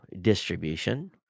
distribution